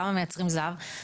למה מייצרים זהב?